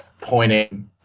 pointing